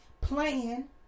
plan